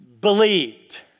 believed